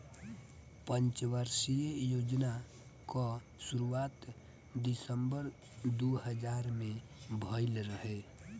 पंचवर्षीय योजना कअ शुरुआत दिसंबर दू हज़ार में भइल रहे